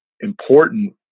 important